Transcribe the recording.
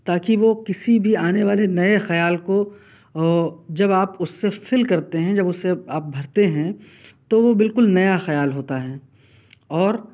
تاکہ وہ کسی بھی آنے والے نئے خیال کو اور جب آپ اس سے فل کرتے ہیں جب اس سے آپ بھرتے ہیں تو وہ بالکل نیا خیال ہوتا ہے اور